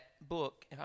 book